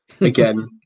again